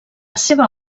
seva